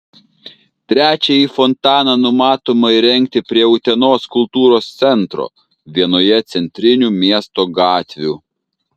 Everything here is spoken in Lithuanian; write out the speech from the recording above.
trečiąjį fontaną numatoma įrengti prie utenos kultūros centro vienoje centrinių miesto gatvių